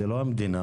לא המדינה